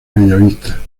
bellavista